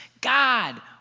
God